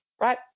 right